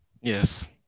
Yes